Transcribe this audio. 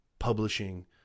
publishing